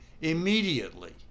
immediately